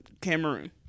Cameroon